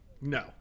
No